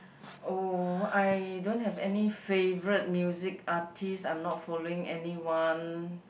oh I don't have any favourite music artist I'm not follow anyone